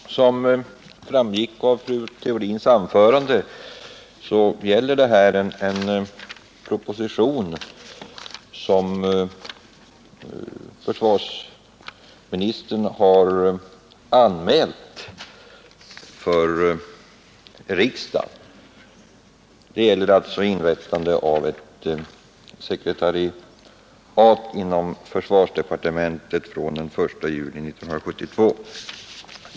Tisdagen den Herr talman! Som framgick av fru Theorins anförande gäller det här 16 maj 1972 propositionen 75, som försvarsministern anmält för riksdagen och som behandlar inrättandet av ett sekretariat inom försvarsdepartementet från den 1 juli 1972.